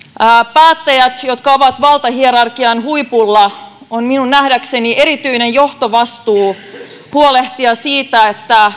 päättäjillä jotka ovat valtahierarkian huipulla on minun nähdäkseni erityinen johtovastuu huolehtia siitä että